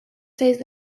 seis